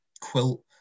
quilt